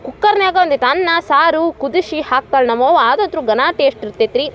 ಕುಕ್ಕರ್ನಾಗ ಒಂದಿಷ್ಟ್ ಅನ್ನ ಸಾರು ಕುದಿಸಿ ಹಾಕ್ತಾಳೆ ನಮ್ಮ ಅವ್ವ ಅದಂತೂ ಗನ ಟೇಸ್ಟ್ ಇರ್ತೈತೆ ರೀ